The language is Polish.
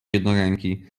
jednoręki